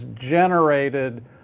generated